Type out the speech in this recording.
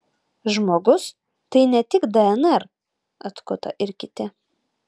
žmogus tai ne tik dnr atkuto ir kiti